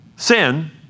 Sin